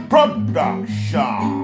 Production